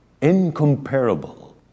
incomparable